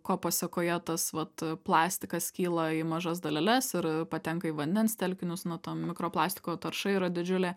ko pasekoje tas vat plastikas skyla į mažas daleles ir patenka į vandens telkinius na to mikroplastiko tarša yra didžiulė